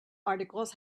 articles